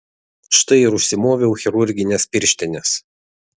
štai ir užsimoviau chirurgines pirštines